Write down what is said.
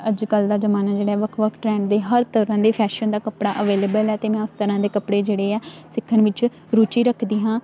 ਅੱਜ ਕੱਲ੍ਹ ਦਾ ਜ਼ਮਾਨਾ ਜਿਹੜਾ ਵੱਖ ਵੱਖ ਟਰੈਂਡ ਦੇ ਹਰ ਤਰ੍ਹਾਂ ਦੇ ਫੈਸ਼ਨ ਦਾ ਕੱਪੜਾ ਅਵੇਲੇਬਲ ਹੈ ਅਤੇ ਮੈਂ ਉਸ ਤਰ੍ਹਾਂ ਦੇ ਕੱਪੜੇ ਜਿਹੜੇ ਹੈ ਸਿੱਖਣ ਵਿੱਚ ਰੁਚੀ ਰੱਖਦੀ ਹਾਂ